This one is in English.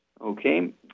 Okay